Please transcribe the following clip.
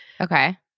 Okay